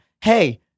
Hey